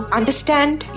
understand